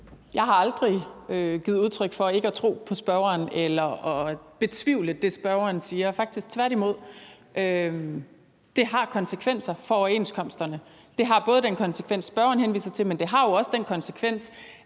Jeg har aldrig givet udtryk for ikke at tro på spørgeren eller betvivlet det, spørgeren siger – faktisk tværtimod. Det har konsekvenser for overenskomsterne. Det har både den konsekvens, spørgeren henviser til, men det har også den konsekvens,